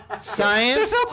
science